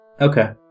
Okay